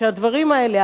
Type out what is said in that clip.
שהדברים האלה,